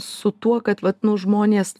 su tuo kad vat nu žmonės